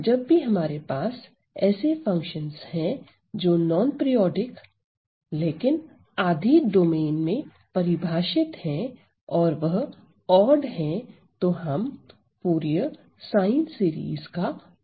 जब भी हमारे पास ऐसे फंक्शनस हैं जो नोन पीरिऑडिक लेकिन आधी डोमेन में परिभाषित है और वह ओड है तो हम फूरिये साइन सीरीज का उपयोग करेंगे